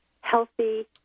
healthy